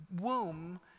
womb